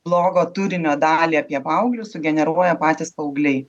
blogo turinio dalį apie paauglius sugeneruoja patys paaugliai